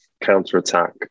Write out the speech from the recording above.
counter-attack